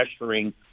pressuring